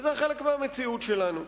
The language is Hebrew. וזה חלק מהמציאות שלנו.